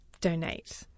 donate